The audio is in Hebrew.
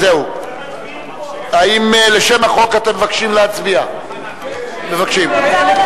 האם אתם מבקשים להצביע על שם החוק?